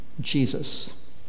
Jesus